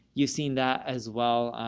you've seen that as well.